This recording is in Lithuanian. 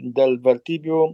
dėl vertybių